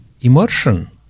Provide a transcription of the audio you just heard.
immersion